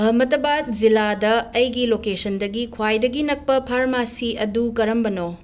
ꯑꯍꯃꯗꯕꯥꯗ ꯖꯤꯂꯥꯗ ꯑꯩꯒꯤ ꯂꯣꯀꯦꯁꯟꯗꯒꯤ ꯈ꯭ꯋꯥꯏꯗꯒꯤ ꯅꯛꯄ ꯐꯥꯔꯃꯥꯁꯤ ꯑꯗꯨ ꯀꯔꯝꯕꯅꯣ